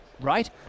Right